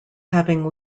having